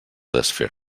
desfer